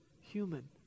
human